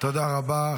תודה רבה.